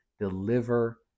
deliver